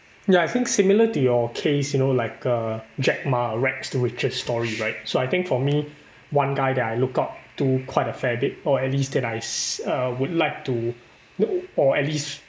ya I think similar to your case you know like uh jack ma rags to riches story right so I think for me one guy that I look up to quite a fair bit or at least it that I s~ uh would like to know or at least